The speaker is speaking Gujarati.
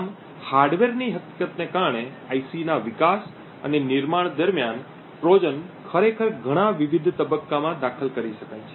આમ હાર્ડવેરની હકીકતને કારણે IC ના વિકાસ અને નિર્માણ દરમિયાન ટ્રોજન ખરેખર ઘણાં વિવિધ તબક્કામાં દાખલ કરી શકાય છે